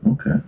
okay